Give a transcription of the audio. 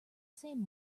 same